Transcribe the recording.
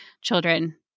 children